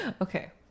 okay